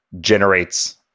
generates